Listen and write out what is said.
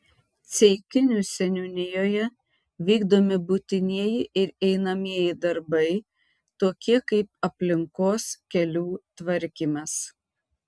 ceikinių seniūnijoje vykdomi būtinieji ir einamieji darbai tokie kaip aplinkos kelių tvarkymas